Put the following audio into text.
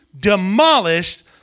demolished